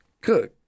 good